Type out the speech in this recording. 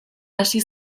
hasi